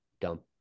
dump